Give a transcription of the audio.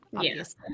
yes